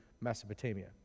Mesopotamia